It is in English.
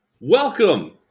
Welcome